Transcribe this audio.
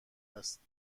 است